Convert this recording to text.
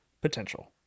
potential